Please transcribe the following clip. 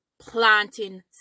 planting